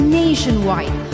nationwide